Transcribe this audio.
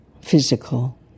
physical